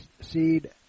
seed